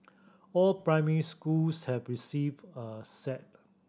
all primary schools have received a set